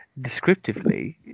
descriptively